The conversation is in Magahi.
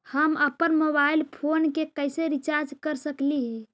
हम अप्पन मोबाईल फोन के कैसे रिचार्ज कर सकली हे?